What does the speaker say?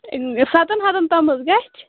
سَتن ہَتن تام حظ گٔژھِ